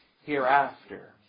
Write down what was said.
hereafter